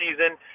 season